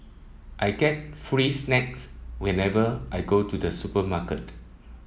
I get free snacks whenever I go to the supermarket